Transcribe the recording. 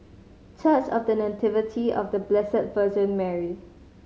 Church of The Nativity of The Blessed Virgin Mary